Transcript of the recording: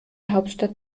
hauptstadt